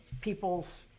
people's